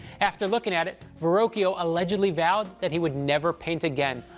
after looking at it, verrocchio allegedly vowed that he would never paint again,